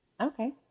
Okay